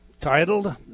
Titled